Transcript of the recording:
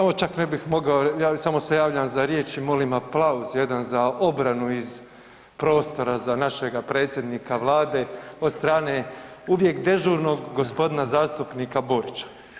Ovo čak ne bih mogao, samo se javljam za riječ i molim aplauz jedan za obranu iz prostora za našega predsjednika vlade od strane uvijek dežurnog g. zastupnika Borića.